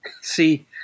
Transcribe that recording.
See